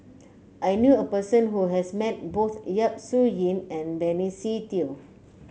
I knew a person who has met both Yap Su Yin and Benny Se Teo